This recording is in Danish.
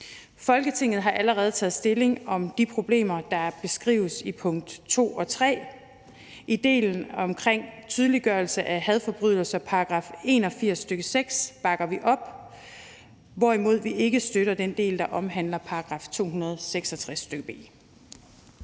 Folketinget har allerede taget stilling til de problemer, der beskrives i punkt 2 og 3. Delen om en tydeliggørelse af hadforbrydelser i § 81, nr. 6, bakker vi op om, hvorimod vi ikke støtter den del, der omhandler § 266 b.